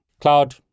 Cloud